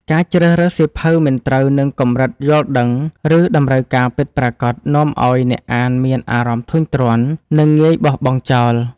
ការជ្រើសរើសសៀវភៅមិនត្រូវនឹងកម្រិតយល់ដឹង ឬតម្រូវការពិតប្រាកដ នាំឱ្យអ្នកអានមានអារម្មណ៍ធុញទ្រាន់ និងងាយបោះបង់ចោល។